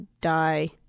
die